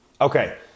Okay